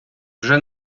вже